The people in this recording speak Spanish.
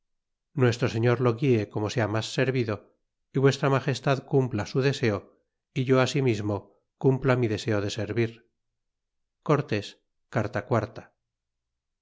nuestro señor lo guie como sea mas servido y vuestra magestad cumpla su deseo y yo asimismo cumpla mi deseo de servir e cortés carta